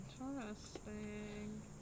Interesting